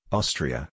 Austria